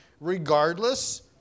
regardless